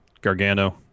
Gargano